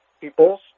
peoples